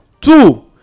Two